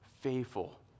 faithful